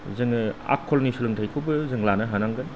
जोङो आखलनि सोलोंथायखौबो जों लानो हानांगोन